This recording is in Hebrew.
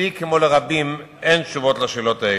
לי, כמו לרבים, אין תשובות על השאלות האלו.